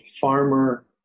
farmer